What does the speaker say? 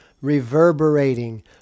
reverberating